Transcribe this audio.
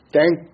Thank